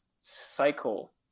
cycle